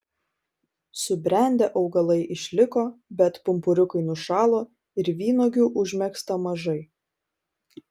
subrendę augalai išliko bet pumpuriukai nušalo ir vynuogių užmegzta mažai